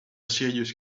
serious